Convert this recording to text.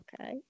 okay